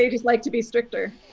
they just like to be stricter?